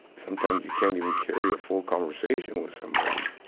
sometimes, you can't even carry a full conversation with somebody